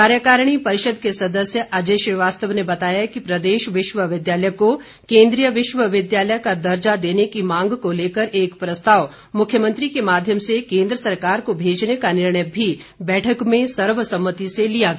कार्यकारिणी परिषद के सदस्य अजय श्रीवास्तव ने बताया कि प्रदेश विश्वविद्यालय को केन्द्रीय विश्वविद्यालय का दर्जा देने की मांग को लेकर एक प्रस्ताव मुख्यमंत्री के माध्यम से केन्द्र सरकार को भेजने का निर्णय भी बैठक में सर्वसम्मति से लिया गया